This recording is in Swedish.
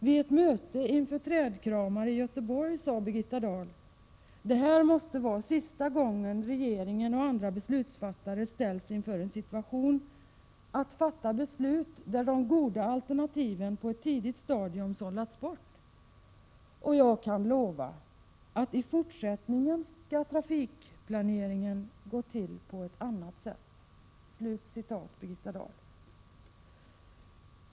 Vid ett möte inför trädkramare i Göteborg sade Birgitta Dahl: Det här måste vara sista gången regeringen och andra beslutsfattare ställs inför en situation då det gäller att fatta beslut sedan de goda alternativen på ett tidigt stadium sållats bort. Och jag kan lova, fortsatte hon, att trafikplanering framdeles skall gå till på ett annat sätt.